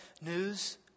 news